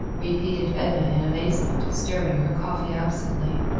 repeated edna in amazement, stirring her coffee absently.